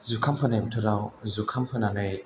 जुखाम फोनाय बोथोराव जुखाम फोनानै